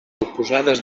oposades